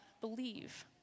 believe